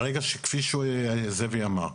כפי שזאב אמר,